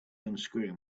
unscrewing